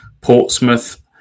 Portsmouth